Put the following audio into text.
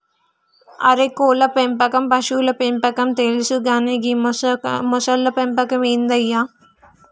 అరే కోళ్ళ పెంపకం పశువుల పెంపకం తెలుసు కానీ గీ మొసళ్ల పెంపకం ఏందయ్య